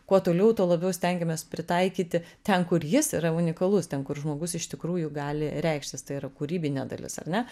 kuo toliau tuo labiau stengiamės pritaikyti ten kur jis yra unikalus ten kur žmogus iš tikrųjų gali reikštis tai yra kūrybinė dalis ar ne